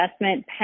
investment